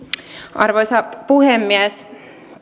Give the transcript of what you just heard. arvoisa puhemies